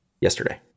yesterday